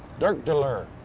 dirk d'ler.